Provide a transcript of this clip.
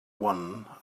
one